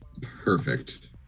Perfect